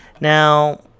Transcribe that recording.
Now